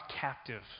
captive